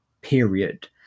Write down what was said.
period